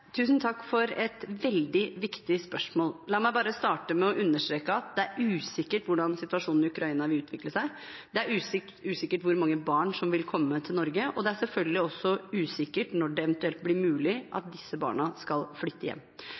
Tusen takk for et veldig viktig spørsmål. La meg bare starte med å understreke at det er usikkert hvordan situasjonen i Ukraina vil utvikle seg, det er usikkert hvor mange barn som vil komme til Norge, det er selvfølgelig også usikkert når det eventuelt blir mulig for disse barna å flytte hjem